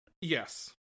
Yes